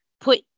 put